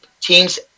teams